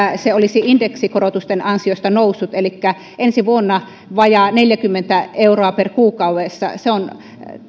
se olisi indeksikorotusten ansiosta noussut elikkä ensi vuonna vajaa neljäkymmentä euroa kuukaudessa se on